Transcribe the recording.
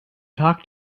talk